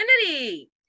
Infinity